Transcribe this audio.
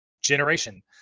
Generation